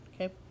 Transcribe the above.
Okay